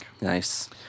Nice